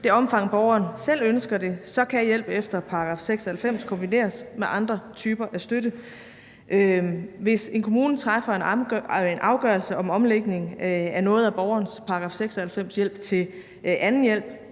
i det omfang borgeren selv ønsker det, kan hjælp efter § 96 kombineres med andre typer af støtte. Hvis en kommune træffer en afgørelse om omlægning af noget af borgerens § 96-hjælp til anden hjælp